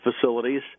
facilities